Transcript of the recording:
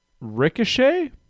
ricochet